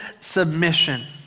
submission